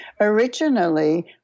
Originally